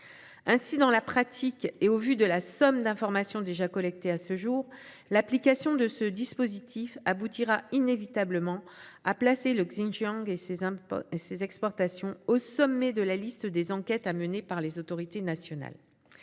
Ainsi, dans la pratique, et au vu de la somme d'informations déjà collectées à ce jour, l'application de ce dispositif aboutira inévitablement à placer le Xinjiang et ses exportations au sommet de la liste des enquêtes à mener par les autorités nationales.